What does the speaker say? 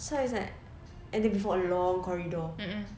so I was like and the before a long corridor